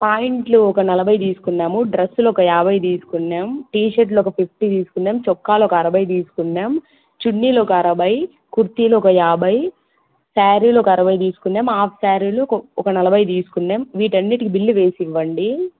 ప్యాంటులు ఒక నలభై తీసుకున్నాము డ్రస్సులు ఒక యాభై తీసుకున్నాము టీషర్టులు ఒక ఫిఫ్టీ తీసుకున్నాం చొక్కాలు ఒక అరవై తీసుకున్నాం చున్నీలు ఒక అరవై కుర్తీలు ఒక యాభై శారీలు ఒక అరవై తీసుకున్నాం హాఫ్ శారీలు ఒక నలభై తీసుకున్నాం వీటి అన్నింటికి బిల్లు వేసి ఇవ్వండి